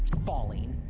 falling,